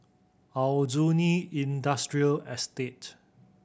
Aljunied Industrial Estate